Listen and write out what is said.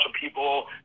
people